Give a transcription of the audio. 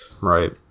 Right